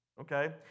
okay